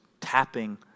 tapping